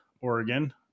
Oregon